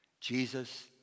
Jesus